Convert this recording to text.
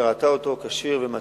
שראתה אותו כשיר ומתאים,